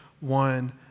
one